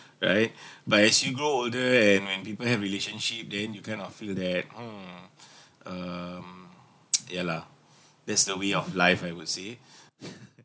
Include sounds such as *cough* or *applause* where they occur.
right *breath* but as you grow older and when people have relationship then you kind of feel that hmm *breath* um *noise* ya lah *breath* that's the way of life I would say *laughs*